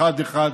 אחד-אחד,